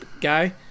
guy